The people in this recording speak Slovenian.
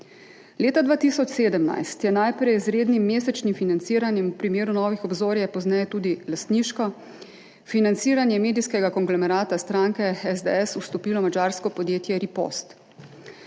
Leta 2017 je najprej z rednim mesečnim financiranjem, v primeru Novih obzorij je pozneje tudi lastniško, v financiranje medijskega konglomerata stranke SDS vstopilo v madžarsko podjetje Ripost.